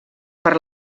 per